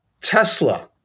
Tesla